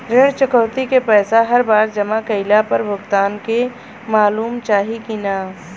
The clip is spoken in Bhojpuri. ऋण चुकौती के पैसा हर बार जमा कईला पर भुगतान के मालूम चाही की ना?